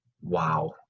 wow